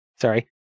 sorry